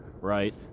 right